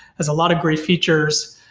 has a lot of great features.